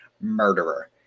murderer